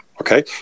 Okay